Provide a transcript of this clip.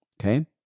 Okay